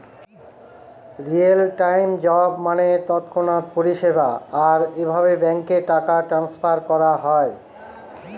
real time job মানে তৎক্ষণাৎ পরিষেবা, আর এভাবে ব্যাঙ্কে টাকা ট্রান্সফার করা হয়